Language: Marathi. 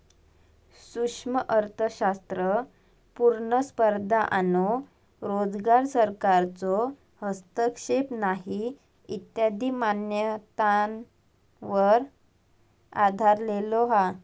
सूक्ष्म अर्थशास्त्र पुर्ण स्पर्धा आणो रोजगार, सरकारचो हस्तक्षेप नाही इत्यादी मान्यतांवर आधरलेलो हा